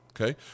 okay